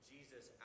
Jesus